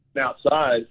outside